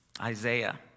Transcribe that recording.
Isaiah